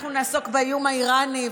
אנחנו נעסוק באיום האיראני,